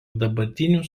dabartinį